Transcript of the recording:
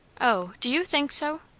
o, do you think so!